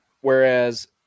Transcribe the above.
Whereas